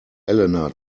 elena